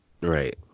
right